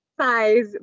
size